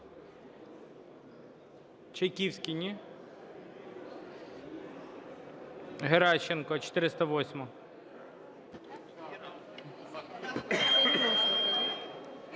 Чайківський. Ні? Геращенко, 408-а.